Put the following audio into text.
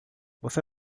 você